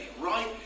right